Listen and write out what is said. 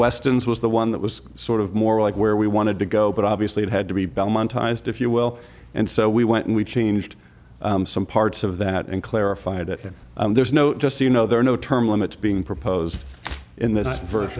westerns was the one that was sort of more like where we wanted to go but obviously it had to be belmont ised if you will and so we went and we changed some parts of that and clarified that there's no just you know there are no term limits being proposed in th